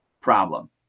problem